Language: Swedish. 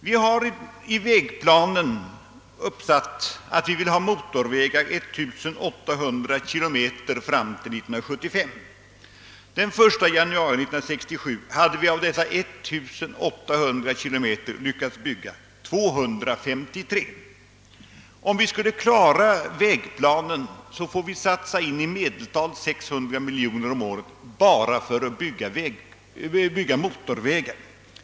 Vi har i vägplanen uppsatt att vi vill ha 1 800 kilometer motorvägar fram till år 1975. Den 1 januari 1967 hade vi av dessa 1 800 kilometer lyckats bygga 253. För att klara vägplanen skulle vi få satsa i medeltal 600 miljoner kronor om året enbart för byggande av motorvägar.